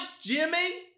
Jimmy